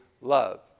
love